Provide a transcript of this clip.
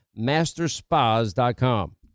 masterspas.com